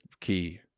key